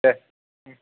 दे